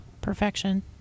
Perfection